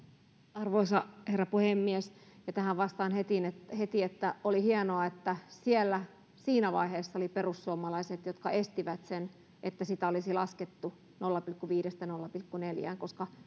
arvoisa herra puhemies ja tähän vastaan heti että oli hienoa että siellä siinä vaiheessa olivat perussuomalaiset jotka estivät sen että sitä olisi laskettu nolla pilkku viidestä nolla pilkku neljään koska